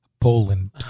Poland